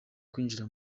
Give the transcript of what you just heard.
kwinjira